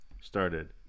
started